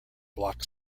block